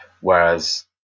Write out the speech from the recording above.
whereas